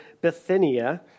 Bithynia